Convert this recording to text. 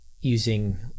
using